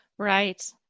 Right